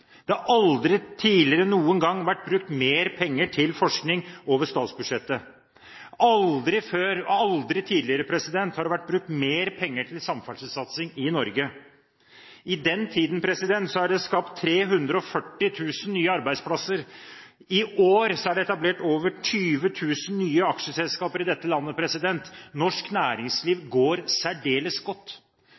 Det har aldri tidligere noen gang vært brukt mer penger til forskning over statsbudsjettet. Aldri før har det vært brukt mer penger til samferdselssatsing i Norge. I den tiden er det skapt 340 000 nye arbeidsplasser. I år er det etablert over 20 000 nye aksjeselskaper i dette landet. Norsk næringsliv går særdeles godt.